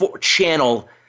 channel